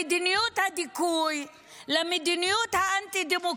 למדיניות הדיכוי האנטי-דמוקרטית,